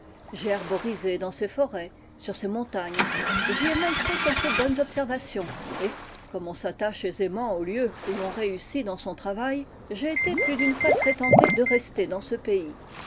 j'ai herborisé dans ses forêts sur ses montagnes j'y ai même fait quelques bonnes observations et comme on s'attache aisément aux lieux où l'on réussit dans son travail j'ai été plus d'une fois très tenté de rester dans ce pays